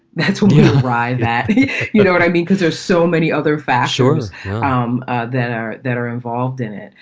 that's when you arrive that you know what i mean? because there's so many other factors um that are that are involved in it.